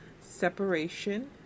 separation